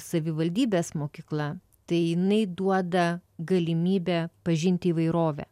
savivaldybės mokykla tai jinai duoda galimybę pažinti įvairovę